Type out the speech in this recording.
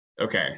Okay